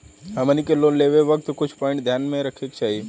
हमनी के लोन लेवे के वक्त कुछ प्वाइंट ध्यान में रखे के चाही